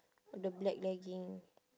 the black legging